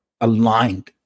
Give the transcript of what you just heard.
aligned